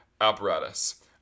apparatus